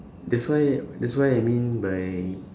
that's why that's why I mean by